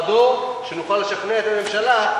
אדוני, אני לא קובע דבר, אני, בממשלה.